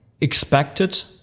expected